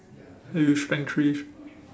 eh you strength three